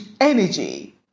energy